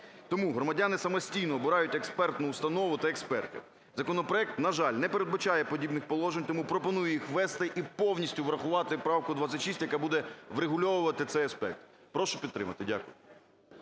Тому громадяни самостійно обирають експертну установу та експертів. Законопроект, на жаль, не передбачає подібних положень. Тому пропоную їх ввести і повністю врахувати правку 26, яка буде врегульовувати цей аспект. Прошу підтримати. Дякую.